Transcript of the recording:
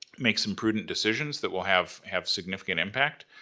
make some prudent decisions that will have have significant impact,